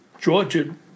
Georgia